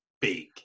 big